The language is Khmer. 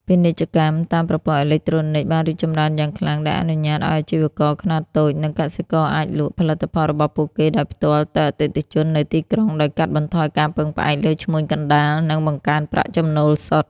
ពាណិជ្ជកម្មតាមប្រព័ន្ធអេឡិចត្រូនិកបានរីកចម្រើនយ៉ាងខ្លាំង ដែលអនុញ្ញាតឱ្យអាជីវករខ្នាតតូច និងកសិករអាចលក់ផលិតផលរបស់ពួកគេដោយផ្ទាល់ទៅអតិថិជននៅទីក្រុង ដោយកាត់បន្ថយការពឹងផ្អែកលើឈ្មួញកណ្តាល និងបង្កើនប្រាក់ចំណូលសុទ្ធ។